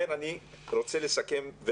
אני רוצה לסכם.